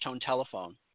telephone